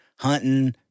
Hunting